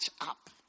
up